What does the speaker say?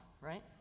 right